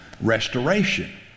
restoration